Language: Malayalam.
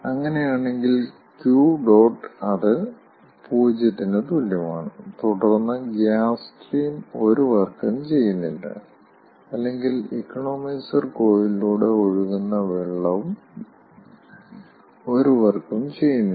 അങ്ങനെയാണെങ്കിൽ Q̇ അത് 0 ന് തുല്യമാണ് തുടർന്ന് ഗ്യാസ് സ്ട്രീം ഒരു വർക്കും ചെയ്യുന്നില്ല അല്ലെങ്കിൽ ഇക്കണോമൈസർ കോയിലിലൂടെ ഒഴുകുന്ന വെള്ളവം ഒരു വർക്കും ചെയ്യുന്നില്ല